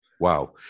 Wow